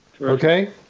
Okay